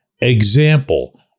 example